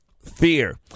Fear